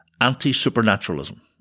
anti-supernaturalism